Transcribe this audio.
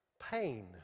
pain